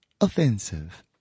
Offensive